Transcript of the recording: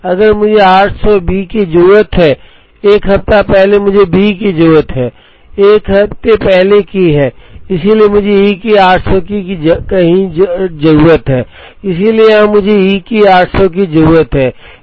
अगर मुझे 800 B की जरूरत है तो 1 हफ्ते पहले मुझे B की जरूरत है 1 हफ्ते पहले की है इसलिए मुझे E की 800 कहीं की जरूरत है इसलिए यहाँ मुझे E की 800 की जरूरत है